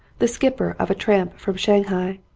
the skipper of a tramp from shanghai,